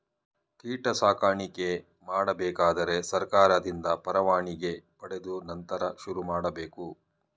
ಕೀಟ ಸಾಕಾಣಿಕೆ ಮಾಡಬೇಕಾದರೆ ಸರ್ಕಾರದಿಂದ ಪರವಾನಿಗೆ ಪಡೆದು ನಂತರ ಶುರುಮಾಡಬೇಕು